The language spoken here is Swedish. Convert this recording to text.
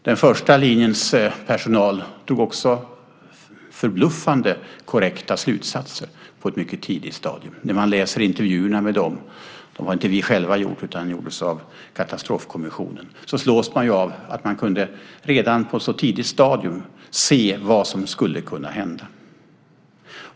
Den första linjens personal drog också förbluffande korrekta slutsatser på ett mycket tidigt stadium. När man läser intervjuerna med dem - de har inte vi själva gjort, utan de gjordes av Katastrofkommissionen - slås man av att de kunde redan på så tidigt stadium se vad som skulle kunna hända.